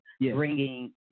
bringing